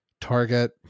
target